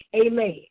amen